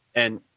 and,